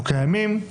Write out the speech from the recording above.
אנחנו קיימים,